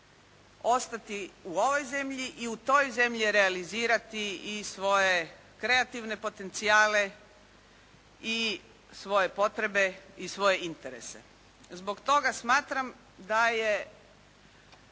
ostati u ovoj zemlji i u toj zemlji realizirati i svoje kreativne potencijale i svoje potrebe i svoje interese. Zbog toga smatram da je